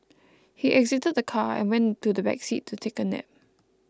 he exited the car and went to the back seat to take a nap